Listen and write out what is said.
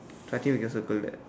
so I think we can circle that